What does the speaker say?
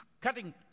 cutting